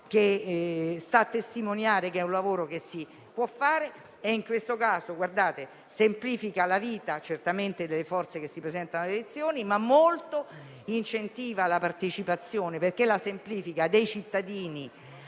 legge stia a testimoniare che è un lavoro che si può fare e in questo caso semplifica la vita certamente delle forze che si presentano alle elezioni, ma incentiva anche molto la partecipazione - perché la semplifica - dei cittadini